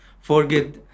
forget